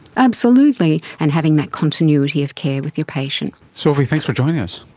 absolutely, and having that continuity of care with your patient. sophie, thanks for joining us.